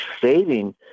saving